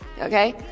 okay